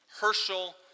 Herschel